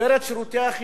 נתגבר את שירותי החינוך,